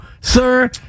sir